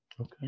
okay